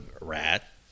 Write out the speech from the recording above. rat